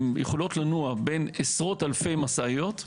הן יכולות לנוע בין עשרות אלפי משאיות,